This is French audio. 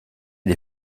des